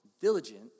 diligent